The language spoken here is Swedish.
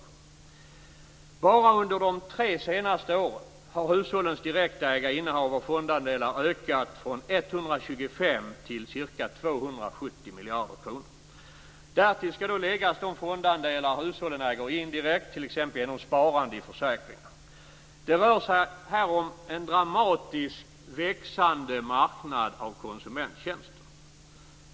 Bara under de tre senaste åren har hushållens direktägda innehav av fondandelar ökat från 125 till ca 270 miljarder kronor. Därtill skall läggas de fondandelar hushållen äger indirekt, t.ex. genom sparande i försäkringar. Det rör sig här om en dramatiskt växande marknad av konsumenttjänster.